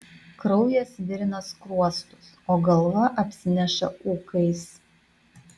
kraujas virina skruostus o galva apsineša ūkais